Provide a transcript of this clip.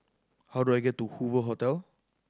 how do I get to Hoover Hotel